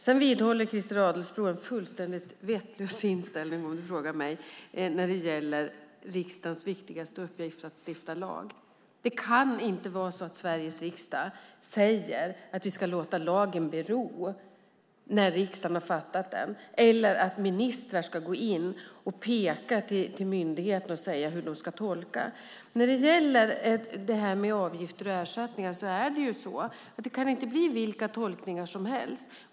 Sedan vidhåller Christer Adelsbo en fullständigt vettlös inställning, om man frågar mig, när det gäller riksdagens viktigaste uppgift, att stifta lag. Det kan inte vara så att Sveriges riksdag säger att vi ska låta lagen bero när riksdagen har fattat beslut om den eller att ministrar ska gå in till myndigheten och säga hur de ska tolka. När det gäller avgifter och ersättningar kan det inte bli vilka tolkningar som helst.